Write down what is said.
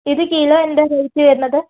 ഇത് കിലോ എന്താ വരുന്നത്